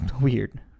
weird